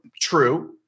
true